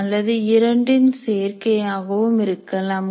அல்லது இரண்டின் சேர்க்கை ஆகவும் இருக்கலாம்